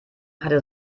hatte